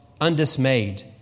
undismayed